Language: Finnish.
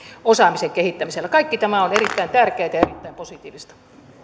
osaamisen kehittämisellä kaikki tämä on erittäin tärkeätä ja erittäin positiivista